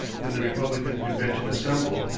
when the republican convention assembled,